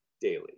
daily